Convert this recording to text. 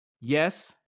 yes